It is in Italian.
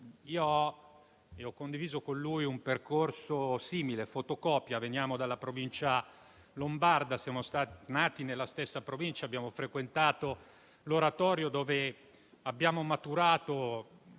Ho condiviso con lui un percorso simile, in fotocopia: proveniamo infatti dalla provincia lombarda, siamo nati nella stessa provincia e abbiamo frequentato l'oratorio, dove abbiamo maturato